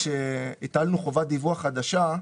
כשהטלנו חובת דיווח חדשה,